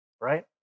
right